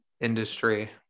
industry